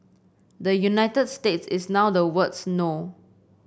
the United States is now the world's no